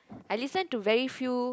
I listen to very few